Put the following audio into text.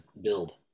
build